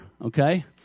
okay